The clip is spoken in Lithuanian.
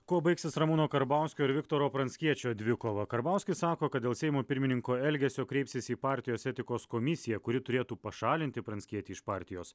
kuo baigsis ramūno karbauskio ir viktoro pranckiečio dvikova karbauskis sako kad dėl seimo pirmininko elgesio kreipsis į partijos etikos komisiją kuri turėtų pašalinti pranckietį iš partijos